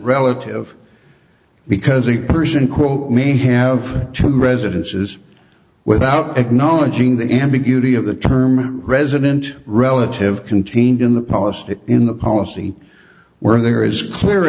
relative because the person quote me have two residences without acknowledging the ambiguity of the term resident relative contained in the policy in the policy where there is clear